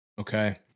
Okay